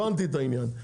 הבנתי את העניין.